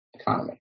economy